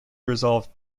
resolved